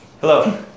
Hello